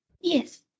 Yes